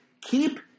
Keep